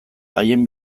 haien